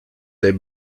they